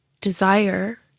desire